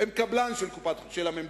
הן קבלן של המדינה,